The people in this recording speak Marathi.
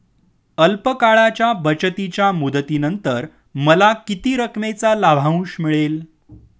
अल्प काळाच्या बचतीच्या मुदतीनंतर मला किती रकमेचा लाभांश मिळेल?